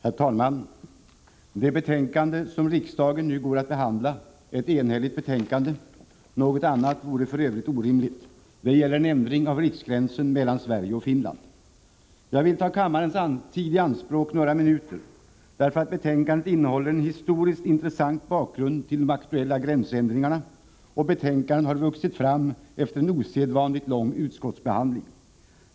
Herr talman! Det betänkande som riksdagen nu går att behandla är ett enhälligt betänkande — något annat vore f. ö. orimligt. Det gäller en ändring av riksgränsen mellan Sverige och Finland. Jag vill ta kammarens tid i anspråk några minuter, därför att betänkandet innehåller en historiskt intressant bakgrund till de aktuella gränsändringarna och har vuxit fram efter en osedvanligt lång utskottsbehandling.